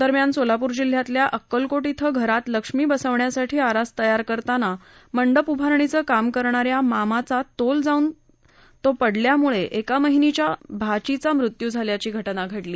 दरम्यान सोलापूर जिल्हयातल्या अक्कलकोट इथं घरात लक्ष्मी बसविण्यासाठी आरास तयार करताना मंडप उभारणीचे काम करणाश्या मामाचा तोल जावून पडल्याने एक महिन्याच्या भाचीचा मृत्यू झाल्याची घटना घडली